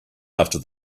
after